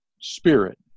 spirit